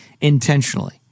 intentionally